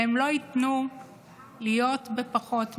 והם לא ייתנו להיות בפחות מזה.